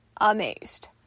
amazed